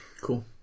Cool